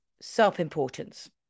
self-importance